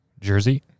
Jersey